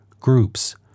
groups